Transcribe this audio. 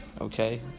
Okay